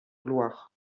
gloire